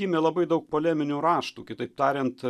gimė labai daug poleminių raštų kitaip tariant